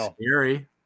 scary